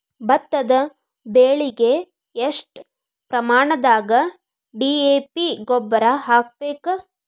ಭತ್ತದ ಬೆಳಿಗೆ ಎಷ್ಟ ಪ್ರಮಾಣದಾಗ ಡಿ.ಎ.ಪಿ ಗೊಬ್ಬರ ಹಾಕ್ಬೇಕ?